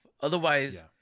otherwise